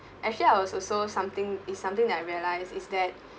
actually I was also something is something that I realise is that